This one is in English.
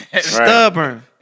Stubborn